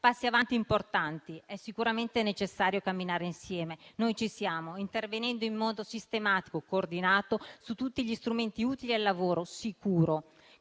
passi avanti importanti. È sicuramente necessario camminare insieme - e noi ci siamo - intervenendo in modo sistematico, coordinato su tutti gli strumenti utili al lavoro sicuro.